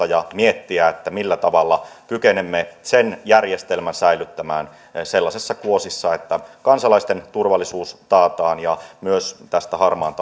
ja miettiä millä tavalla kykenemme sen järjestelmän säilyttämään sellaisessa kuosissa että kansalaisten turvallisuus taataan ja myös tästä harmaan